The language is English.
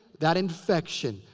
that infection,